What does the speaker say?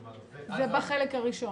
זה תאריך עגול, שיהיה גם ברור לציבור.